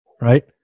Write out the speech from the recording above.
right